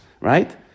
Right